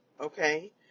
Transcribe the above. okay